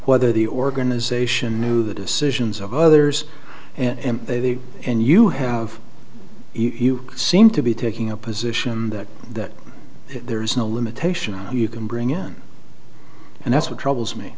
whether the organization knew the decisions of others and they and you have you seem to be taking a position that that there is no limitation on you can bring in and that's what troubles me